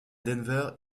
denver